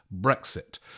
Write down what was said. brexit